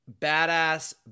badass